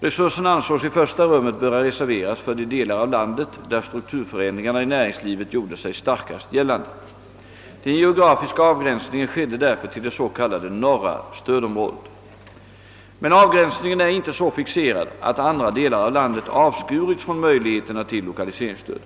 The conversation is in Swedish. Resurserna ansågs i första rummet böra reserveras för de delar av landet där strukturförändringarna i näringslivet gjorde sig starkast gällande. Den geografiska avgränsningen skedde därför till det s.k. norra stödområdet. Men avgränsningen är inte så fixerad, att andra delar av landet avsku rits från möjligheterna till lokaliseringsstöd.